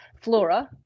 flora